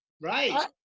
right